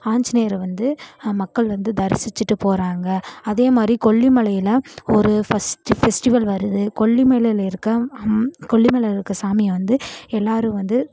ஆஞ்சிநேயரை வந்து மக்கள் வந்து தரிசிச்சிட்டு போகிறாங்க அதேமாதிரி கொல்லிமலையில் ஒரு ஃபர்ஸ்ட் ஃபெஸ்டிவல் வருது கொல்லிமலையில இருக்கிற அம் கொல்லிமலையில இருக்கிற சாமியை வந்து எல்லாரும் வந்து